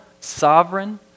sovereign